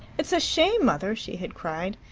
it's a shame, mother! she had cried.